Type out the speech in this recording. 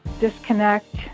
disconnect